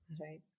right